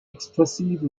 expressive